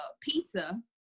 pizza